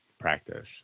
practice